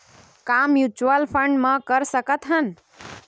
का mutual fund म कर सकत हन?